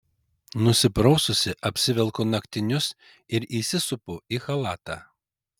nusipraususi apsivelku naktinius ir įsisupu į chalatą